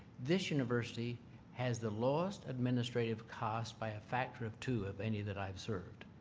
this university has the lowest administrative cost by a factor of two of any that i've served.